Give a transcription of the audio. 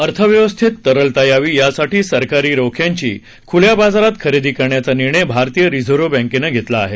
अर्थव्यवस्थेत तरलता यावी यासाठी सरकारी रोख्यांची खुल्या बाजारात खरेदी करण्याचा निर्णय भारतीय रिझर्व्ह बँकेनं घेतला आहे